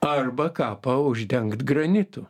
arba kapą uždengt granitu